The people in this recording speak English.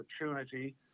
opportunity